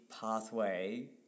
pathway